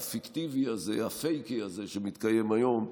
הפיקטיבי הזה, הפייקי הזה, שמתקיים היום,